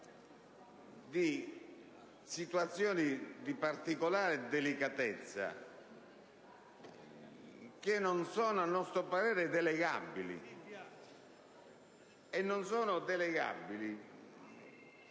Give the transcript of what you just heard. cioè situazioni di particolare delicatezza che non sono, a nostro parere, delegabili.